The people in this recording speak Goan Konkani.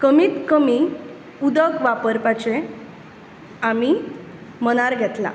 कमीत कमी उदक वापरपाचें आमीं मनार घेतलां